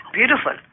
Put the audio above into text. Beautiful